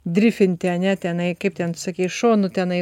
drifinti ane tenai kaip ten sakei šonu tenai